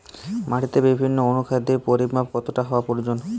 মাটিতে বিভিন্ন অনুখাদ্যের পরিমাণ কতটা হওয়া প্রয়োজন?